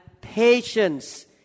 patience